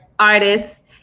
Artists